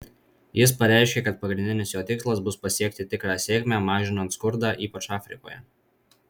jis pareiškė kad pagrindinis jo tikslas bus pasiekti tikrą sėkmę mažinant skurdą ypač afrikoje